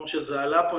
כמו שזה עלה פה,